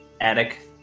attic